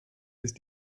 ist